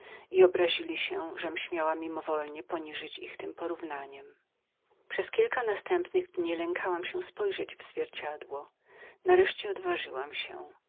i obrazili się żem śmiała mimowolnie poniżyć ich tem porównaniem przez kilka następnych dni lękałam się spojrzeć w zwierciadło nareszcie odważyłam się